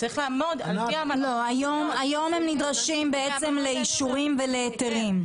היום הם נדרשים לאישורים ולהיתרים.